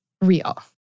real